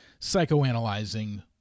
psychoanalyzing